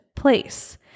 place